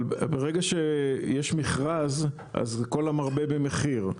אבל ברגע שיש מכרז אז זה כל המרבה במחיר,